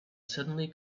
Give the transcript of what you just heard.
suddenly